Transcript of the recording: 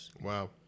Wow